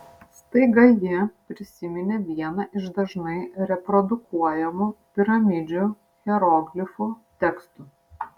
staiga ji prisiminė vieną iš dažnai reprodukuojamų piramidžių hieroglifų tekstų